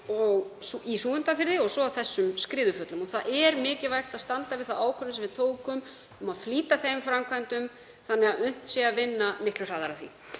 í Súgandafirði og svo þessum skriðuföllum. Það er mikilvægt að standa við þá ákvörðun sem við tókum um að flýta þeim framkvæmdum þannig að unnt sé að vinna miklu hraðar að því.